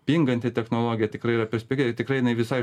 pinganti technologija tikrai yra perspektyvi tikrai jinai visai